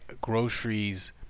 groceries